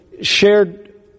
shared